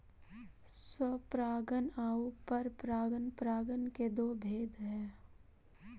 स्वपरागण आउ परपरागण परागण के दो भेद हइ